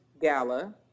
Gala